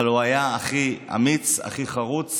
אבל הוא היה הכי אמיץ, הכי חרוץ